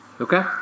Okay